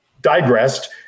digressed